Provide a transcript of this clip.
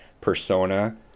persona